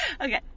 Okay